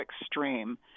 extreme